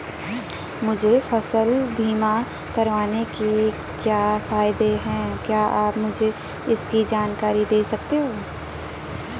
मुझे फसल बीमा करवाने के क्या फायदे हैं क्या आप मुझे इसकी जानकारी दें सकते हैं?